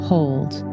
Hold